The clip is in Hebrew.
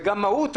זה גם מהות אחרת.